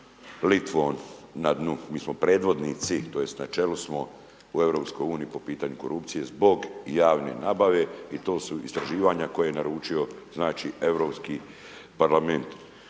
Litvom na dnu, mi smo predvodnici, tj. na čelu smo u EU-u po pitanju korupcije zbog javne nabave i to su istraživanja koje je naručio znači Europski Parlament.